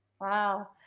Wow